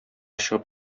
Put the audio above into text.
чыгып